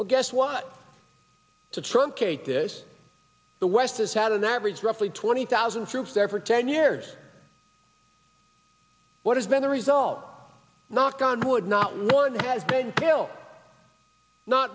well guess what to truncate this the west has had an average roughly twenty thousand troops there for ten years what has been the result knock on wood not one has been killed no